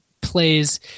plays